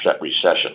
recession